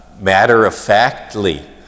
matter-of-factly